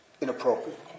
inappropriate